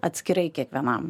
atskirai kiekvienam